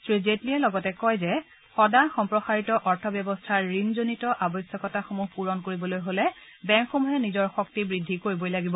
শ্ৰীজেট্লীয়ে লগতে কয় যে সদাসম্প্ৰসাৰিত অৰ্থব্যৱস্থাৰ ঋণজনিত আৱশ্যকতাসমূহ পুৰণ কৰিবলৈ হলে বেংকসমূহে নিজৰ শক্তি বৃদ্ধি কৰিবই লাগিব